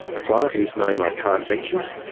a client whose name i can't mention,